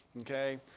Okay